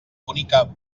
bonica